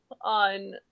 on